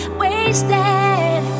wasted